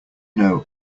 know